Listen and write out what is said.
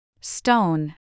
Stone